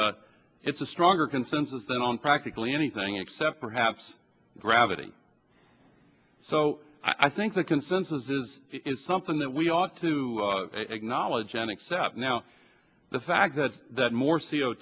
d it's a stronger consensus than on practically anything except perhaps gravity so i think the consensus is something that we ought to acknowledge and accept now the fact that more c o